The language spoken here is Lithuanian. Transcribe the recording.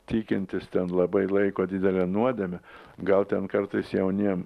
tikintys ten labai laiko didele nuodėme gal ten kartais jauniem